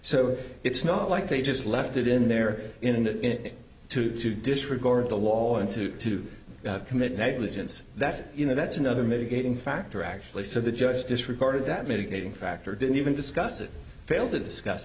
so it's not like they just left it in there in two to disregard the law and to to commit negligence that you know that's another mitigating factor actually so the judge disregarded that mitigating factor didn't even discuss it failed to discuss